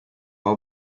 will